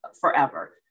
forever